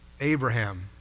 Abraham